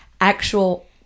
actual